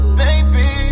baby